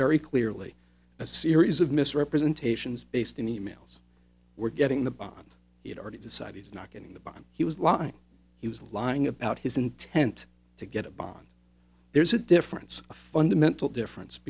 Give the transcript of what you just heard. very clearly a series of misrepresentations based in e mails we're getting the bond it already decided is not getting the bottom he was lying he was lying about his intent to get a bond there's a difference a fundamental difference